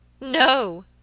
No